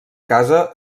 casa